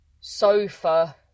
sofa